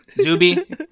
Zuby